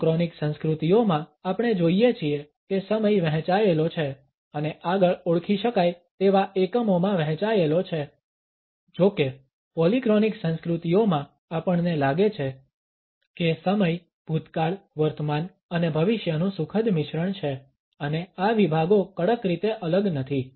monochronic સંસ્કૃતિઓમાં આપણે જોઈએ છીએ કે સમય વહેંચાયેલો છે અને આગળ ઓળખી શકાય તેવા એકમોમાં વહેંચાયેલો છે જો કે પોલીક્રોનિક સંસ્કૃતિઓમાં આપણને લાગે છે કે સમય ભૂતકાળ વર્તમાન અને ભવિષ્યનું સુખદ મિશ્રણ છે અને આ વિભાગો કડક રીતે અલગ નથી